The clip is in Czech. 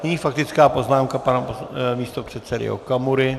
Nyní faktická poznámka pana místopředsedy Okamury.